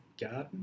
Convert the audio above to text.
garden